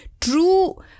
true